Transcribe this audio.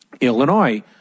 Illinois